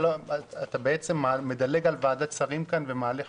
אתה מדלג כאן על ועדת שרים ומעלה חוקים?